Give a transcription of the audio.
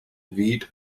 wheat